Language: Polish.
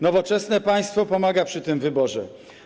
Nowoczesne państwo pomaga przy tym wyborze.